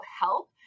help